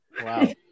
Wow